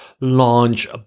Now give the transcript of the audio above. launch